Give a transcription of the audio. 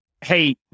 hey